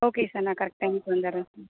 okay sir நான் correct டைமுக்கு வந்துடறேன் சார்